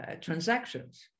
transactions